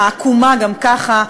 העקומה גם ככה,